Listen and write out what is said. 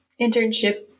internship